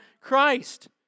Christ